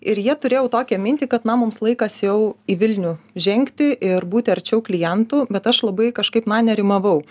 ir jie turėjau tokią mintį kad na mums laikas jau į vilnių žengti ir būti arčiau klientų bet aš labai kažkaip na nerimavau